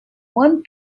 one